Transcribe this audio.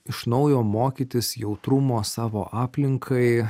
iš naujo mokytis jautrumo savo aplinkai